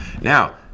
Now